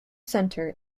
center